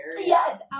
Yes